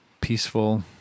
peaceful